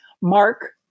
Mark